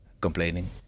complaining